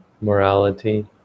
morality